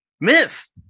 myth